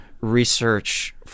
research